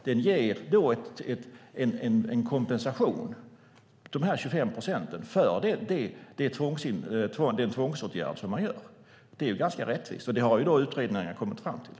Den ger en kompensation - dessa 25 procent - för den tvångsåtgärd som man vidtar. Det är ganska rättvist, och det har utredningarna kommit fram till.